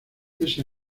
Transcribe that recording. ese